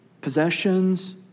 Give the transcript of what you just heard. possessions